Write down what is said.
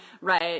right